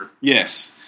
Yes